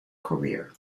career